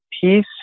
peace